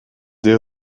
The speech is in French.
des